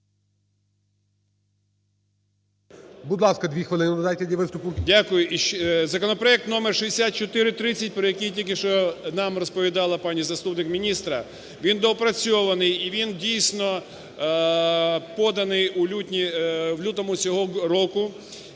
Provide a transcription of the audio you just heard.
Дякую. Законопроект номер 6430, про який тільки що нам розповідала пані заступник міністра, він доопрацьований і він дійсно поданий у лютому цього року.